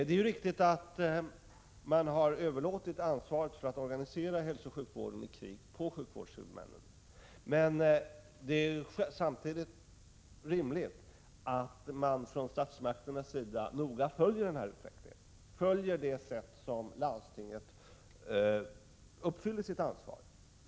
Det är riktigt att ansvaret för att organisera hälsooch sjukvården i krig har överlåtits på sjukvårdshuvudmännen, men det är samtidigt rimligt att statsmakterna noga följer utvecklingen och det sätt på vilket landstinget uppfyller sitt ansvar.